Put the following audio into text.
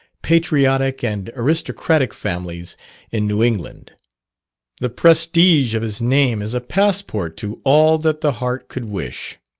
patriotic, and aristocratic families in new england the prestige of his name is a passport to all that the heart could wish.